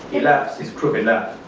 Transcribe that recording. he laughs his crooked laugh.